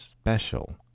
special